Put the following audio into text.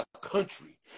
country